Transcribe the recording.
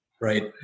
Right